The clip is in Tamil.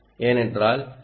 ஏனென்றால் ஏ